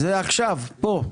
זה עכשיו, פה.